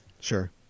Sure